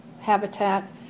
habitat